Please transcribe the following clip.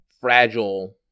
fragile